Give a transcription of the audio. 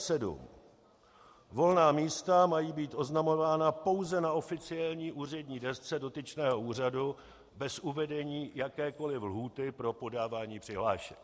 4.7 Volná místa mají být oznamována pouze na oficiální úřední desce dotyčného úřadu bez uvedení jakékoli lhůty pro podávání přihlášek.